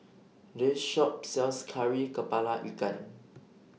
This Shop sells Kari Kepala Ikan